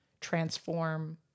transform